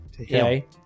okay